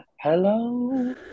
Hello